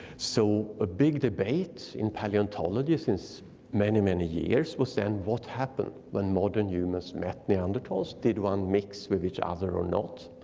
so a big debate in paleontology since many many years was then what happened when modern humans met neanderthals? did one mix with each other or not?